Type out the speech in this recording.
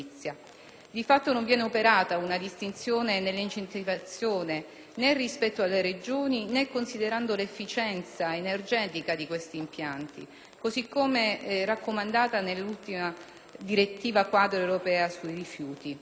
Di fatto, non viene operata una distinzione nell'incentivazione, né rispetto alle Regioni, né considerando l'efficienza energetica di questi impianti, così come raccomandato nell'ultima direttiva quadro europea sui rifiuti.